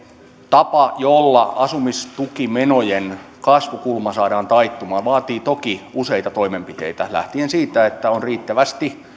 tapa jolla asumistukimenojen kasvukulma saadaan taittumaan vaatii toki useita toimenpiteitä lähtien siitä että on riittävästi